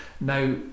now